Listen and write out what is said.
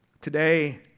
Today